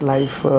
Life